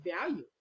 value